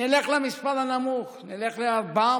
נלך למספר הנמוך, נלך ל-400,000.